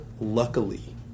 luckily